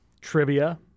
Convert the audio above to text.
trivia